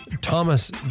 Thomas